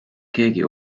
keegi